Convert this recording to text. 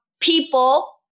people